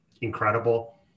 incredible